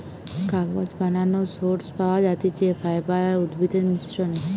কাগজ বানানোর সোর্স পাওয়া যাতিছে ফাইবার আর উদ্ভিদের মিশ্রনে